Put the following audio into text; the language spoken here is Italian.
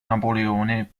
napoleone